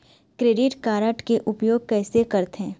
Credit card के उपयोग कैसे करथे?